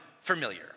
familiar